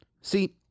See